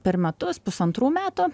per metus pusantrų metų